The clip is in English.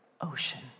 ocean